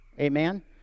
Amen